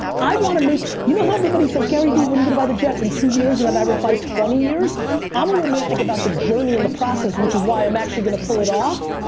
i wanna make, you know how everybody says, garyvee, when are you gonna buy the jets? in two years? and then i reply twenty years i'm a romantic about the journey and the process which is why i'm actually gonna pull it off.